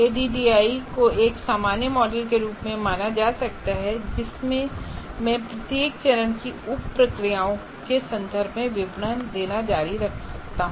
ADDIE को एक सामान्य मॉडल के रूप में माना जा सकता है जिसमें मैं प्रत्येक चरण की उप प्रक्रियाओं के संदर्भ में विवरण देना जारी रख सकता हूं